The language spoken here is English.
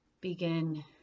Begin